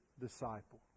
disciple